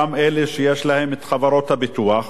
גם אלה שיש להם חברות הביטוח,